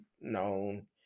known